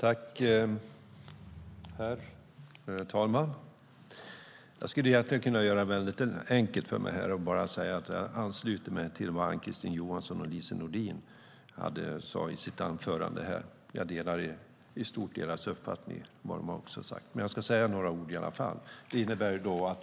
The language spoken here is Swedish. Herr talman! Jag skulle kunna göra det enkelt för mig och bara säga att jag ansluter mig till vad Ann-Kristine Johansson och Lise Nordin sade i sina anföranden. Jag delar i stort deras uppfattning. Jag ska dock säga några ord.